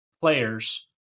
players